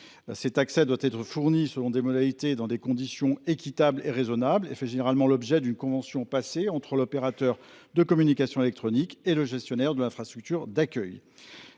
Cet accès doit être fourni selon des modalités et dans des conditions équitables et raisonnables, et fait généralement l'objet d'une convention passée entre l'opérateur de communications électroniques et le gestionnaire de l'infrastructure d'accueil.